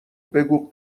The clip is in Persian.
بگو